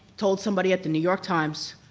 told somebody at the new york times,